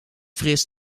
fris